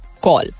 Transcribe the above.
call